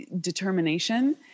determination